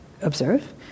observe